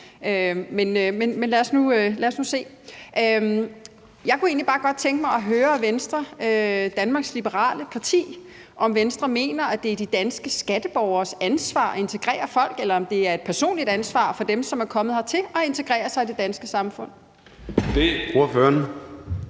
Men lad os nu se. Jeg kunne egentlig bare godt tænke mig at høre, om Venstre, Danmarks Liberale Parti, mener, at det er de danske skatteborgeres ansvar at integrere folk, eller om det er et personligt ansvar for dem, som er kommet hertil, at integrere sig i det danske samfund. Kl. 10:24 Formanden